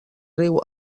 riu